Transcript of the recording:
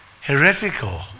heretical